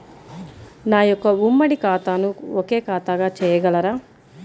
నా యొక్క ఉమ్మడి ఖాతాను ఒకే ఖాతాగా చేయగలరా?